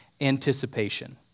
Anticipation